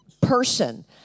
person